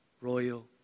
royal